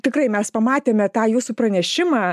tikrai mes pamatėme tą jūsų pranešimą